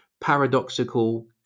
paradoxical